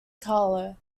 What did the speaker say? carlo